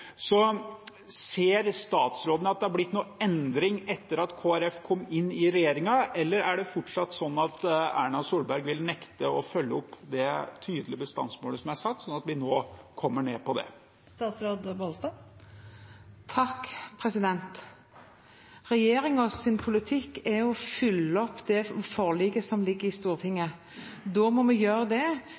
Ser statsråden at det har blitt noen endring etter at Kristelig Folkeparti kom inn i regjeringen? Eller er det fortsatt sånn at Erna Solberg vil nekte å følge opp det tydelige bestandsmålet som er satt, sånn at vi nå kommer ned på det? Regjeringens politikk er å følge opp det forliket som ligger i Stortinget. Da må vi gjøre det